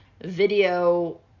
video